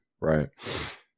right